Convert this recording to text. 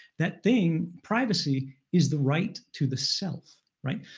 that thing, privacy, is the right to the self, right?